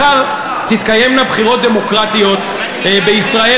מחר תתקיימנה בחירות דמוקרטיות בישראל,